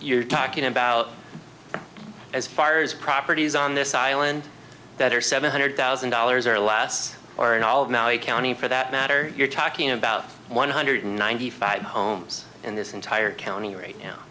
you're talking about as far as properties on this island that are seven hundred thousand dollars or less are in all of maui county for that matter you're talking about one hundred ninety five homes in this entire county right now